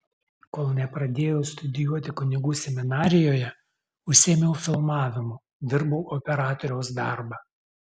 kol nepradėjau studijuoti kunigų seminarijoje užsiėmiau filmavimu dirbau operatoriaus darbą